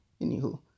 Anywho